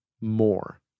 more